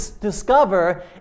discover